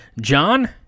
John